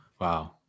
Wow